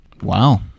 Wow